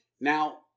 Now